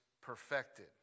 perfected